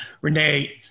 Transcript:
Renee